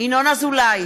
ינון אזולאי,